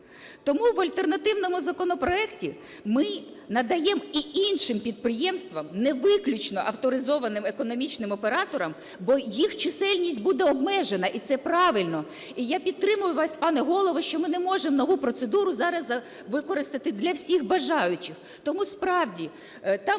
Тому в альтернативному законопроекті ми надаємо і іншим підприємствам, не виключно авторизованим економічним операторам, бо їх чисельність буде обмежена і це правильно і я підтримую вас, пане Голово, що ми не можемо нову процедуру зараз використати для всіх бажаючих. Тому, справді, там